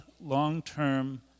long-term